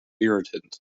irritant